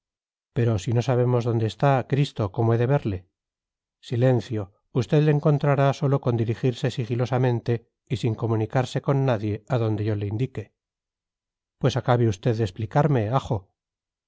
pero si no sabemos dónde está cristo cómo he de verle silencio usted le encontrará sólo con dirigirse sigilosamente y sin comunicarse con nadie a donde yo le indique pues acabe usted de explicarme ajo